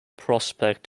prospect